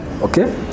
Okay